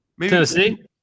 Tennessee